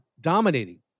dominating